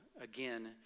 again